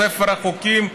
בספר החוקים,